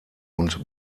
und